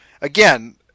again